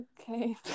okay